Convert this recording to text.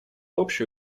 общее